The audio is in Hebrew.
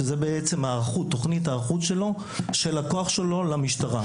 שזה בעצם תוכנית ההיערכות של הכוח שלו למשטרה.